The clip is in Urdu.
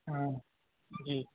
ہاں جی